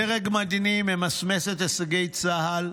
הדרג המדיני ממסמס את הישגי צה"ל.